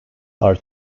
are